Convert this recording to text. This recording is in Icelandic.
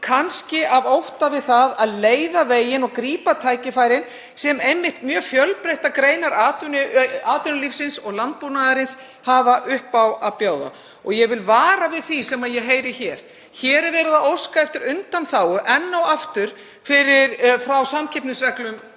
kannski af ótta við að vísa veginn og grípa tækifærin sem mjög fjölbreyttar greinar atvinnulífsins og landbúnaðarins hafa upp á að bjóða. Ég vil vara við því sem ég hef heyrt. Hér er verið að óska eftir undanþágu, enn og aftur, frá samkeppnisreglum